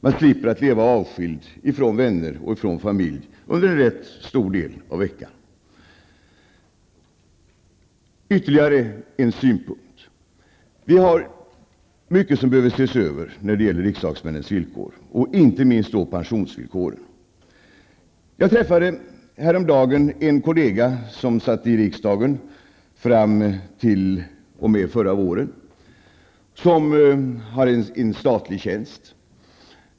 Man slipper att leva avskild från vänner och familj under en rätt stor del av veckan. Jag har ytterligare en synpunkt. Det är mycket som behöver ses över vad det gäller riksdagsmännens villkor och då inte minst pensionsvillkoren. Jag träffade häromdagen en f.d. kollega som satt i riksdagen fram t.o.m. förra våren och som hade en statlig tjänst.